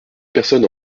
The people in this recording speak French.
personne